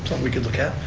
but we can look at.